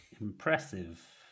Impressive